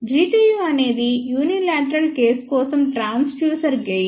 Gtu అనేది unilateral case కోసం transducer gain